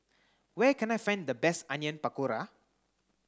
where can I find the best Onion Pakora